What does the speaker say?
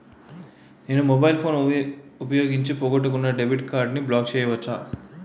నేను mobile phone ఉపయోగించి పోగొట్టుకున్న డెబిట్ కార్డ్ని బ్లాక్ చేయవచ్చా?